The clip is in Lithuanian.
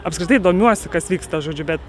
apskritai domiuosi kas vyksta žodžiu bet